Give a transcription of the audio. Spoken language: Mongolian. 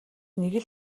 нэг